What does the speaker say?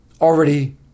already